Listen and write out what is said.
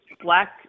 black